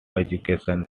education